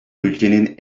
ülkenin